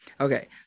Okay